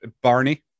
Barney